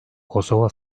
kosova